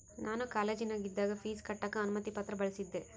ನಾನು ಕಾಲೇಜಿನಗಿದ್ದಾಗ ಪೀಜ್ ಕಟ್ಟಕ ಅನುಮತಿ ಪತ್ರ ಬಳಿಸಿದ್ದೆ